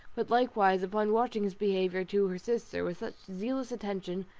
but likewise upon watching his behaviour to her sister with such zealous attention,